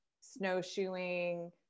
snowshoeing